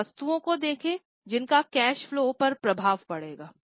उन वस्तुओं को देखें जिनका कैश फलो पर प्रभाव पड़ेगा